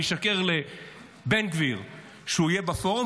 אני אשקר לבן גביר שהוא יהיה בפורום,